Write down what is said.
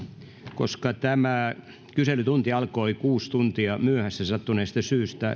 koska tämä kyselytunti alkoi kuusi minuuttia myöhässä sattuneesta syystä